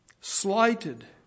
slighted